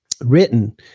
written